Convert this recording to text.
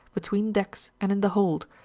between decks, and in the hold,